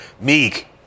Meek